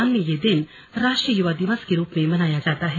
न में यह दिन राष्ट्री य युवा दिवस के रूप में मनाया जाता है